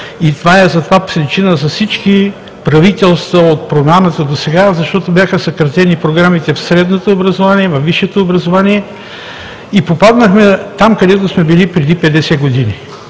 и химия – за това причина са всички правителства от промяната досега, защото бяха съкратени програмите в средното и във висшето образование, и попаднахме там, където сме били преди повече